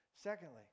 Secondly